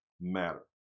matter